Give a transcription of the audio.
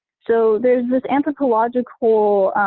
so there's this anthropological